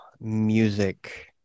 music